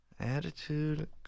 Attitude